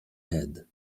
head